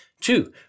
Two